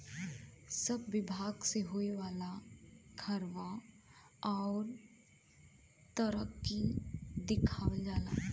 सब बिभाग मे होए वाला खर्वा अउर तरक्की दिखावल जाला